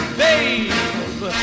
babe